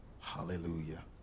Hallelujah